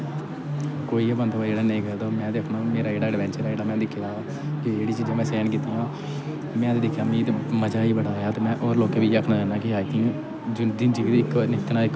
कोई गै बंदा होए जेह्ड़ा नेई करदा होग जेह्ड़ा एडवैंचर ऐ एह् जेह्ड़ियां चीजां में सैहन कित्तियां में ते दिक्खेआ मिगी ते मजा ही बड़ा आया ते में होर लोकें गी बी इ'यै आखना चाह्ना कि हाइकिंग जिंदगी च इक ना इक बारी जरूर करनी